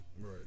Right